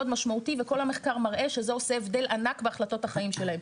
משמעותי וכל המחקר מראה שזה עושה הבדל ענק בהחלטות החיים שלהם.